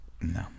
No